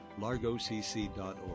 largocc.org